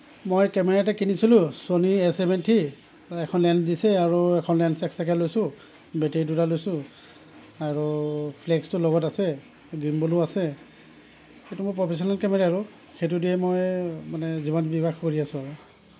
মই কেমেৰা এটা কিনিছিলোঁ ছনী এ ছেভেন্তী এখন লেন্স দিছে আৰু এখন লেন্স এক্সট্ৰাকৈ লৈছোঁ বেটেৰী দুটা লৈছোঁ আৰু ফ্লেক্সটো লগত আছে গ্ৰীণ বৰ্ডো আছে সেইটো মোৰ প্ৰফেচনেল কেমেৰা আৰু সেইটোদিয়ে মই মানে জীৱন নিৰ্বাহ কৰি আছো আৰু